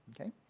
okay